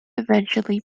eventually